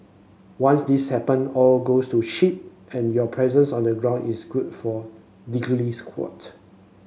once this happen all goes to shit and your presence on the ground is good for diddly squat